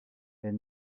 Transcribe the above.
est